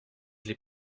les